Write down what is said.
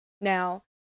Now